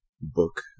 book